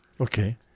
Okay